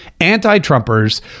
anti-Trumpers